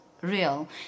real